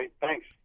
thanks